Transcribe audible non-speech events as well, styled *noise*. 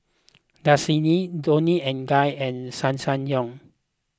*noise* Dasani Toni and Guy and Ssangyong